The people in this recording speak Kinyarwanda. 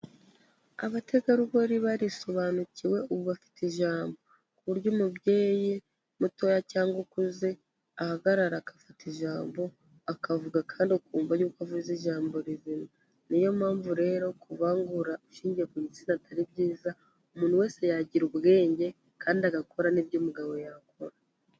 Abategarugori barisobanukiwe ubu bafite ijambo, ku buryo umubyeyi mutoya cyangwa ukuze ahagarara agafata ijambo, akavuga kandi ukumva yuko avuze ijambo rizima, niyo mpamvu rero kuvangura ushingiye ku gitsina atari byiza, umuntu wese yagira ubwenge kandi agakora n'ibyo umugabo yakora.